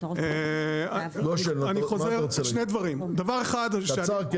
אני חוזר שני דברים, דבר אחד -- קצר כי